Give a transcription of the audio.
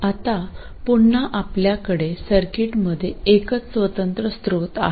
आता पुन्हा आपल्याकडे सर्किटमध्ये एकच स्वतंत्र स्त्रोत आहे